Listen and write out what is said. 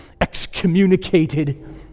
excommunicated